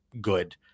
good